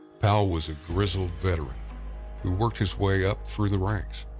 powell was a grizzled veteran who worked his way up through the ranks.